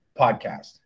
podcast